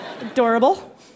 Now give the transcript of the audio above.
Adorable